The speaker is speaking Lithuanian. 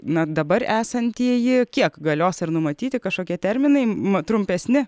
na dabar esantieji kiek galios ar numatyti kažkokie terminai trumpesni